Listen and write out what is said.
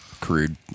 crude